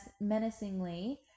menacingly